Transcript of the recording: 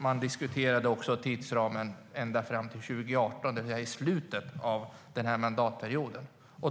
Man diskuterade också tidsramen fram till 2018, det vill säga fram till slutet av den här mandatperioden.